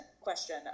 question